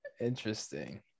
Interesting